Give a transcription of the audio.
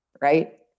Right